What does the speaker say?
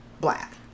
black